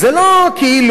זה לא כאילו,